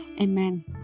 amen